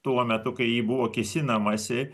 tuo metu kai į jį buvo kėsinamasi